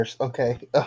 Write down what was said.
Okay